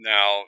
Now